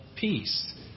peace